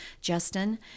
Justin